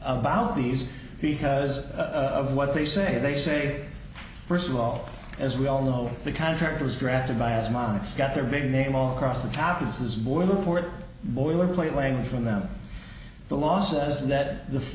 about these because of what they say they say first of all as we all know the contract was drafted by as mine it's got their big name all across the top of this board boilerplate language from them the law says that th